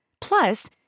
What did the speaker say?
Plus